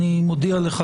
אני מודיע לך,